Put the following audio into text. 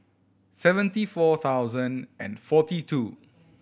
seventy four thousand and forty two